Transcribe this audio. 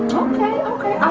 okay, okay. i